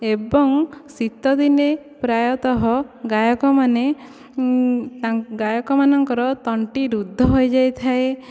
ଏବଂ ଶୀତଦିନେ ପ୍ରାୟତଃ ଗାୟକ ମାନେ ଗାୟକ ମାନଙ୍କର ତଣ୍ଟି ରୁଗ୍ଧ ହୋଇଯାଥାଏ